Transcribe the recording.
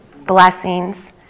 Blessings